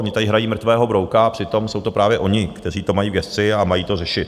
Oni tady hrají mrtvého brouka, přitom jsou to právě oni, kteří to mají v gesci a mají to řešit.